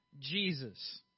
Jesus